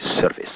service